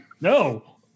No